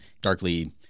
Darkly –